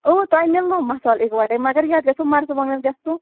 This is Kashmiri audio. تۄہہِ میلنو مصالہٕ یِکوَٹے مگر یَتھ گَژھوٕ مرژٕوانٛگنس گَژھو